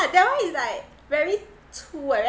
that one is like very chu like that